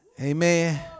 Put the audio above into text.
Amen